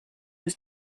was